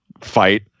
fight